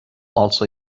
also